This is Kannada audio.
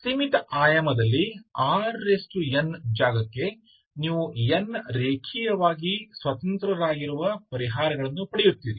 ಸೀಮಿತ ಆಯಾಮದಲ್ಲಿ Rn ಜಾಗಕ್ಕೆ ನೀವು n ರೇಖೀಯವಾಗಿ ಸ್ವತಂತ್ರರಾಗಿರುವ ಪರಿಹಾರಗಳನ್ನು ಪಡೆಯುತ್ತೀರಿ